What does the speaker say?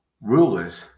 rulers